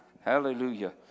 Hallelujah